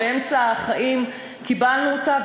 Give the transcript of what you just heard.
באמצע החיים קיבלנו אותה.